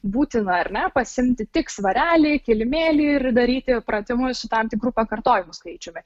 būtina ar ne pasiimti tik svarelį kilimėlį ir daryti pratimus su tam tikru pakartojimų skaičiumi